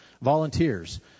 volunteers